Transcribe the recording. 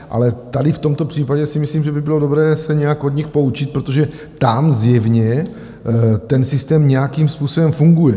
Ale tady v tomto případě si myslím, že by bylo dobré se nějak od nich poučit, protože tam zjevně ten systém nějakým způsobem funguje.